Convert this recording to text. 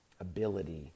ability